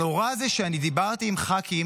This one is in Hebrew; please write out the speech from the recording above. נורא בזה שאני דיברתי עם ח"כים,